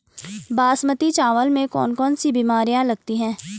बासमती चावल में कौन कौन सी बीमारियां लगती हैं?